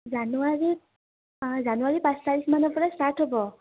জানুৱাৰীত জানুৱাৰী পাঁচ তাৰিখমানৰ পৰা ষ্টাৰ্ট হ'ব